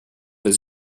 his